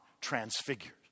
transfigured